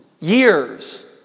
Years